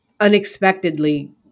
unexpectedly